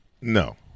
No